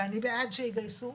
ואני בעד שיגייסו,